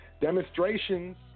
Demonstrations